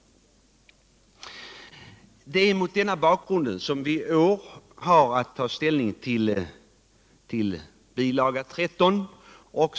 Det är mot den bakgrunden som vi i år haraatt ta ställning till bil. 13.